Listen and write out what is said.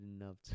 enough